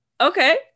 okay